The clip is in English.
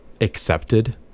accepted